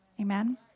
Amen